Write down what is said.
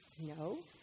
No